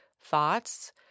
thoughts